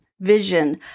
vision